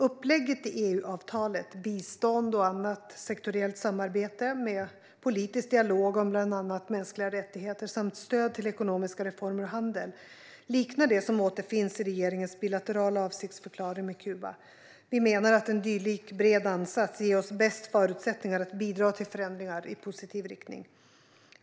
Upplägget i EU-avtalet - bistånd och annat sektoriellt samarbete med politisk dialog om bland annat mänskliga rättigheter samt stöd till ekonomiska reformer och handel - liknar det som återfinns i regeringens bilaterala avsiktsförklaring med Kuba. Vi menar att en dylik bred ansats ger oss bäst förutsättningar att bidra till förändringar i positiv riktning.